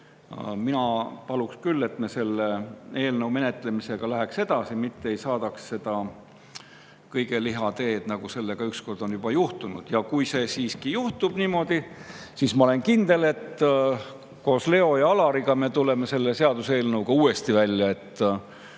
Mina paluksin küll, et me selle eelnõu menetlemisega läheks edasi, mitte ei saadaks seda kõige liha teed, nagu ükskord on juba juhtunud. Kui see siiski niimoodi juhtub, siis ma olen kindel, et me koos Leo ja Alariga tuleme selle seaduseelnõuga uuesti välja.